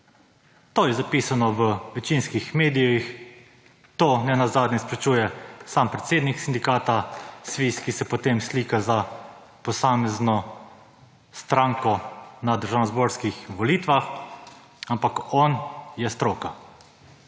To je zapisano v večinskih medijih, to nenazadnje izpričuje sam predsednik sindikata SVIZ, ki se potem slika za posamezno stranko na državnozborskih volitvah, ampak on je stroka.